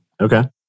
Okay